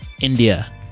India